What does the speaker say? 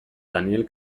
daniel